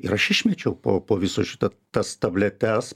ir aš išmečiau popo viso šito tas tabletes